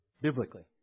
biblically